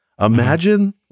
Imagine